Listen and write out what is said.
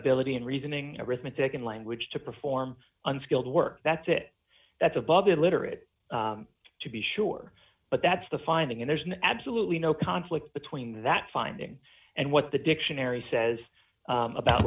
ability and reasoning arithmetic in language to perform unskilled work that's it that's above a literate to be sure but that's the finding and there's an absolutely no conflict between that finding and what the dictionary says about